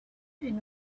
and